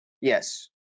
Yes